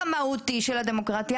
החלק המהותי של הדמוקרטיה,